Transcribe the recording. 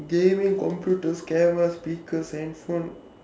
gaming computers cameras speakers headphone